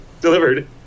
delivered